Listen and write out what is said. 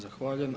Zahvaljujem.